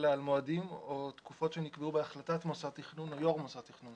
אלא על מועדים או תקופות שנקבעו בהחלטת מוסד תכנון או יו"ר מוסד תכנון.